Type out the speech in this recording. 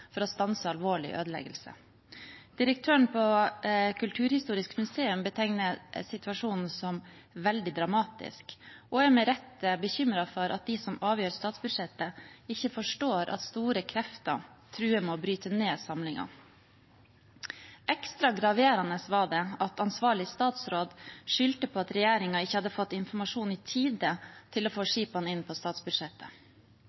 for å stanse alvorlig ødeleggelse. Direktøren på Kulturhistorisk museum betegner situasjonen som veldig dramatisk og er med rette bekymret for at de som avgjør statsbudsjettet, ikke forstår at store krefter truer med å bryte ned samlingen. Ekstra graverende var det at ansvarlig statsråd skyldte på at regjeringen ikke hadde fått informasjon i tide til å få